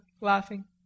laughing